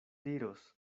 diros